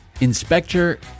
Inspector